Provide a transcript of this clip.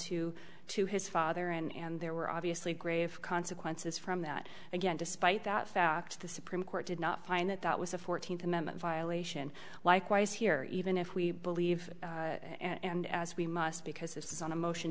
to to his father and there were obviously grave consequences from that again despite that fact the supreme court did not find that that was a fourteenth amendment violation likewise here even if we believe and as we must because this is on a motion